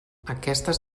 aquestes